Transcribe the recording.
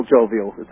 jovial